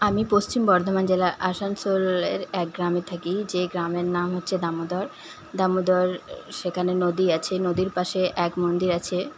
আমি পশ্চিম বর্ধমান জেলার আসানসোলের এক গ্রামে থাকি যে গ্রামের নাম হচ্ছে দামোদর দামোদর সেখানে নদী আছে নদীর পাশে এক মন্দির আছে